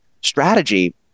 Strategy